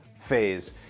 phase